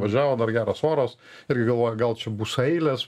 važiavo dar geras oras irgi galvojau gal čia bus eilės